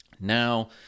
Now